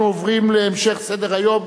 אנחנו עוברים להמשך סדר-היום.